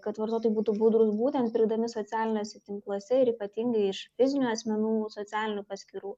kad vartotojai būtų budrūs būtent pirkdami socialiniuose tinkluose ir ypatingai iš fizinių asmenų socialinių paskyrų